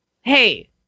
Hey